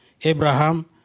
Abraham